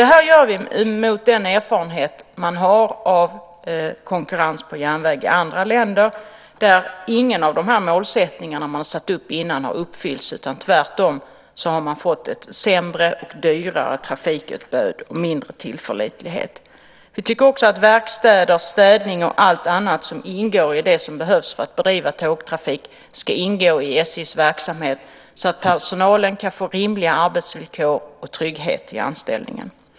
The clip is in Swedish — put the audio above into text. Det är mot bakgrund av den erfarenhet man har av konkurrens på järnväg i andra länder, där ingen av dessa målsättningar som man har satt upp tidigare har uppfyllts, utan man har tvärtom fått ett sämre och dyrare trafikutbud och mindre tillförlitlighet. Vi tycker också att verkstäder, städning och allt annat som ingår i det som behövs för att bedriva tågtrafik ska ingå i SJ:s verksamhet, så att personalen kan få rimliga arbetsvillkor och trygghet i anställningen.